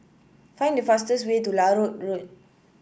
find the fastest way to Larut Road